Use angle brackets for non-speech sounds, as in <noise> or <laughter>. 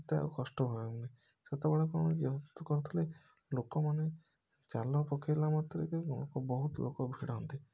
ଏତେ ଆଉ କଷ୍ଟ ହଉନି ସେତେବେଳେ କ'ଣ କି <unintelligible> କରୁଥିଲେ ଲୋକମାନେ ଜାଲ ପକେଇଲା ମାତ୍ରକେ ବହୁତ ଲୋକ ଭିଡ଼ନ୍ତି